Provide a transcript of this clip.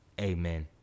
Amen